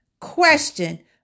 question